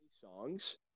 songs